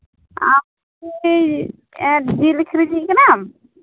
ᱟᱢ ᱫᱚ ᱡᱤᱞ ᱟᱹᱠᱷᱨᱤᱧᱤᱡ ᱠᱟᱱᱟᱢ